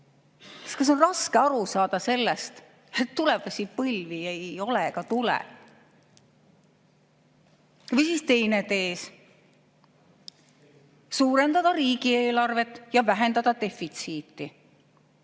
kas on raske aru saada sellest, et tulevasi põlvi ei ole ega tulegi? Või siis teine tees: suurendada riigieelarvet ja vähendada defitsiiti.